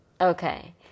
Okay